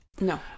No